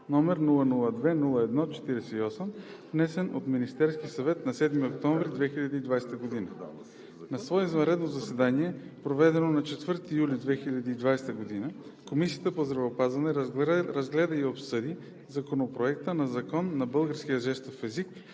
№ 002-01-48, внесен от Министерския съвет на 7 октомври 2020 г. На свое извънредно заседание, проведено на 4 ноември 2020 г., Комисията по здравеопазването разгледа и обсъди Законопроект за българския жестов език,